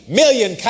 million